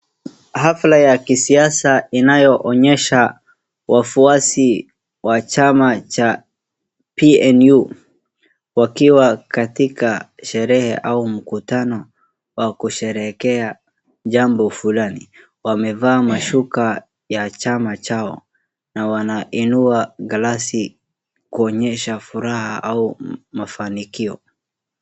Hafla ya kisiasa inaonyesha wafuasi wa chama cha PNU wakiwa katika sherehe au mkutano wakusheherekea jambo fulani .Wamevaa mashuka ya chama chao na wanainua glasi kuonyesha furaha au mafanikio.